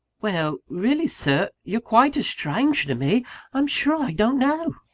well really, sir you're quite a stranger to me i'm sure i don't know!